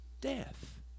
death